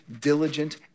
diligent